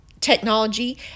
technology